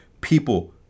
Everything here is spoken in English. people